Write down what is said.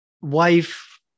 wife